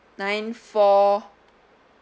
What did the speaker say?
nine four